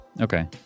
Okay